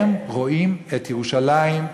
הם רואים את ירושלים,